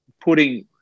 putting